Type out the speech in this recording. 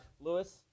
Lewis